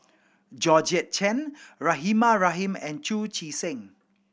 Georgette Chen Rahimah Rahim and Chu Chee Seng